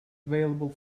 available